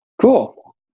Cool